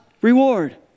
reward